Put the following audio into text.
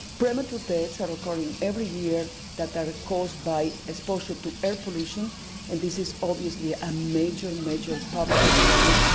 premature deaths are occurring every year that are caused by exposure to air pollution and this is obviously a major major public health problem.